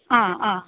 ആ ആ